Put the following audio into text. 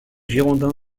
girondins